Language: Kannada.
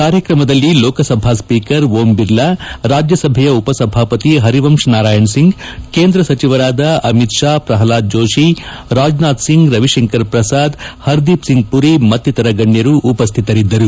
ಕಾರ್ಯಕ್ರಮದಲ್ಲಿ ಲೋಕಸಭಾ ಸ್ವೀಕರ್ ಓಂ ಬಿರ್ಲಾ ರಾಜ್ವಸಭೆ ಉಪಸಭಾಪತಿ ಪರಿವಂಶ್ ನಾರಾಯಣ್ ಸಿಂಗ್ ಕೇಂದ್ರ ಸಚಿವರಾದ ಅಮಿತ್ ಶಾ ಪ್ರಲ್ವಾದ್ ಜೋಶಿ ರಾಜನಾಥ್ ಸಿಂಗ್ ರವಿಶಂಕರ್ ಪ್ರಸಾದ್ ಹರ್ ದೀಪ್ ಸಿಂಗ್ ಮರಿ ಮತ್ತಿತರ ಗಣ್ಯರು ಉಪಸ್ಥಿತರಿದ್ದರು